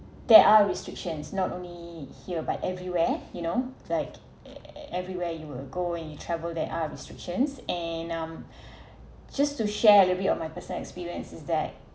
there are restrictions not only here but everywhere you know like e~ everywhere you uh go when you travel there are restrictions and um just to share a little bit on my personal experiences that